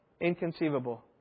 inconceivable